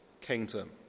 kingdom